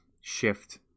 shift